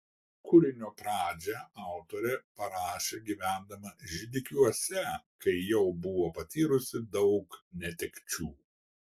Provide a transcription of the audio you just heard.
kūrinio pradžią autorė parašė gyvendama židikuose kai jau buvo patyrusi daug netekčių